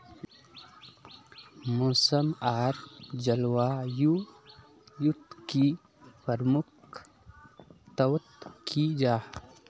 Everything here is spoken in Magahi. मौसम आर जलवायु युत की प्रमुख तत्व की जाहा?